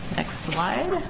next slide.